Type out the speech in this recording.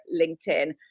LinkedIn